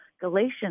Galatians